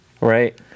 Right